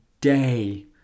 day